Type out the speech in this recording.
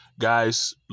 guys